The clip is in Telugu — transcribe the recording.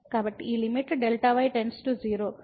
ఈ లిమిట్ Δy → 0